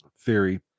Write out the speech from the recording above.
theory